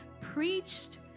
preached